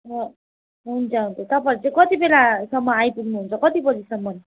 ह हुन्छ हुन्छ तपाईँहरू चाहिँ कति बेलासम्म आइपुग्नु हुन्छ कति बजीसम्म